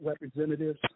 representatives